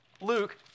Luke